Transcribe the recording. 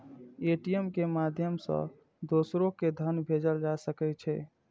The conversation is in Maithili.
ए.टी.एम के माध्यम सं दोसरो कें धन भेजल जा सकै छै